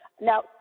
Now